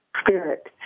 spirit